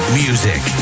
music